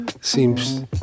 seems